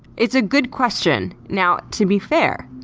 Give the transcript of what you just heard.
it's a good question. now, to be fair,